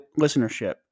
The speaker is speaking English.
listenership